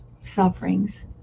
sufferings